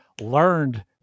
learned